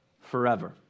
forever